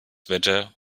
wetter